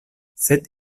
sed